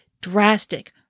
drastic